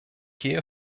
gehe